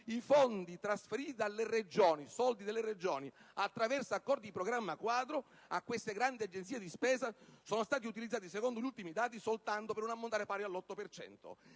I fondi trasferiti dalle Regioni, cioè soldi delle Regioni, attraverso accordi di programma quadro, da queste grandi agenzie di spesa sono stati utilizzati, secondo gli ultimi dati, soltanto per un ammontare pari all'8